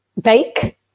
Bake